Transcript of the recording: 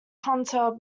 hunter